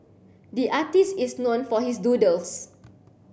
the artist is known for his doodles